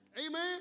Amen